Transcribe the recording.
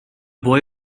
boy